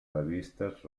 revistes